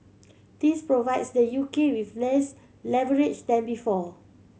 this provides the U K with less leverage than before